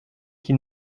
qui